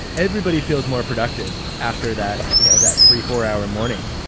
everybody feels more productive after that you know that three four hour morning.